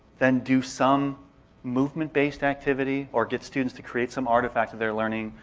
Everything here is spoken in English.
then do some movement based activity, or get students to create some artifact of their learning,